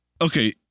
Okay